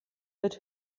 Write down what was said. wird